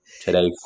today